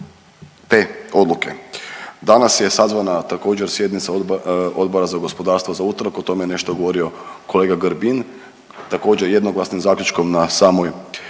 te odluke. Danas je sazvana također sjednica Odbora za gospodarstvo za utorak, o tome je nešto govorio kolega Grbin. Također jednoglasnim zaključkom na samoj